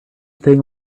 thing